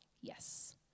Yes